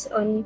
on